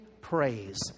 praise